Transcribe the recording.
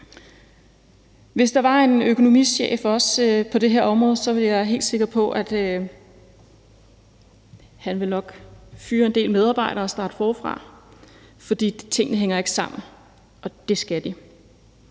Hvis der var en økonomichef på det her område, er jeg helt sikker på, at han nok ville fyre en del medarbejdere og starte forfra, for tingene hænger ikke sammen, og det skal de.